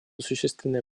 существенные